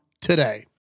today